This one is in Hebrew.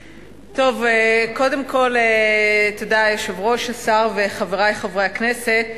קודם כול, תודה, היושב-ראש, השר וחברי חברי הכנסת.